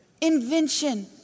invention